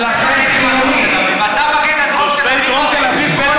ולכן חיוני, תושבי דרום תל אביב, ממש.